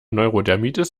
neurodermitis